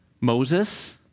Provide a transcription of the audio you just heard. Moses